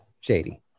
Shady